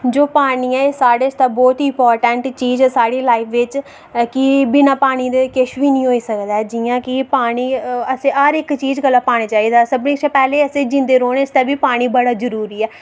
जो पानी ऐ ओह् बहुत ही इंपाॅटेंट चीज ऐ साढी लाइफ च कि बिना पानी दे किश बी नेईं होई सकदा जियां कि पानी हर इक चीज गल्ला पानी चाहिदा ऐ सभनें कशा पैह्लें आसेंगी जिंदे रौह्ने गल्ला बी पानी बड़ा जरुरी ऐ